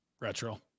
retro